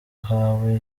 uhawe